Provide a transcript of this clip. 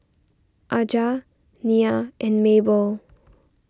Aja Nyah and Mabell